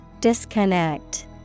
Disconnect